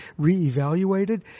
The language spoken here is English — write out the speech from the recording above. reevaluated